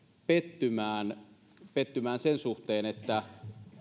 pettymään pettymään sen suhteen että